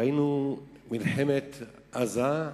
ראינו מלחמת עזה,